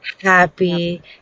happy